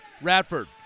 Radford